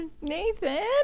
Nathan